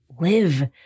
live